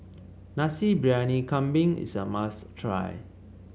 Nasi Briyani Kambing is a must try